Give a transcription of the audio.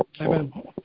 Amen